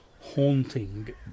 haunting